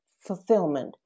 fulfillment